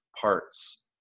parts